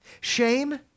Shame